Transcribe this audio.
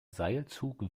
seilzug